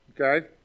okay